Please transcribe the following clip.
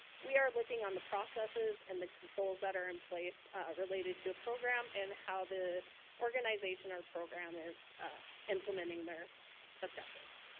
we are looking on the processes and the controls that are in place ah related to a program and how the organization or program is implementing their objectives.